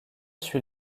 suit